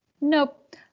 Nope